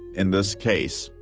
in this case,